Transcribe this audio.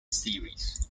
series